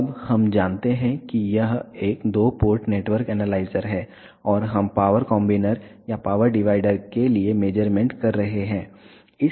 अब हम जानते हैं कि यह एक दो पोर्ट नेटवर्क एनालाइजर है और हम पावर कॉम्बिनर या पावर डिवाइडर के लिए मेज़रमेंट कर रहे हैं